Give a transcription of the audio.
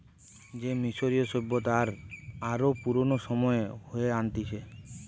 সে মিশরীয় সভ্যতা আর আরো পুরানো সময়ে হয়ে আনতিছে